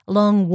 long